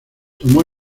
tomó